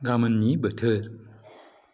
गामोननि बोथोर